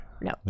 no